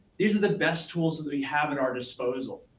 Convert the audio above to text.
these are the best tools that we have at our disposal.